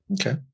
Okay